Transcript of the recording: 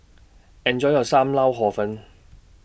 Enjoy your SAM Lau Hor Fun